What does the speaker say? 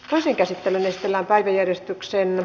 rose käsittelyyn esitellään päiväjärjestyksen